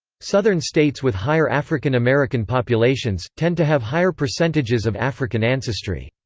southern states with higher african american populations, tend to have higher percentages of african ancestry.